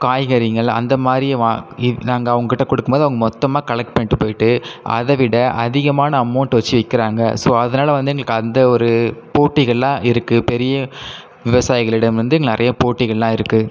காய்கறிங்கள் அந்தமாதிரி வா நாங்க அவங்க கிட்ட கொடுக்கும்போது அவங்க மொத்தமாக கலெக்ட் பண்ணிட்டு போயிட்டு அதை விட அதிகமான அமௌன்ட் வச்சு விற்கிறாங்க ஸோ அதனால் வந்து எங்களுக்கு அந்த ஒரு போட்டிகள்லாம் இருக்குது பெரிய விவசாயிகளிடம் வந்து நிறைய போட்டிகளெலாம் இருக்குது